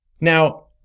Now